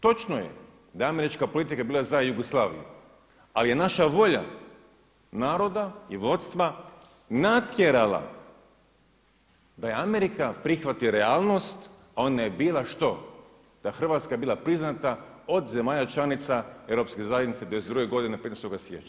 Točno je da je američka politika bila za Jugoslaviju, ali je naša volja naroda i vodstva natjerala da Amerika prihvati realnost, ona je bila što, ta Hrvatska je bila priznata od zemalja članica europske zajednice 92. godine 15. siječnja.